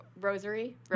rosary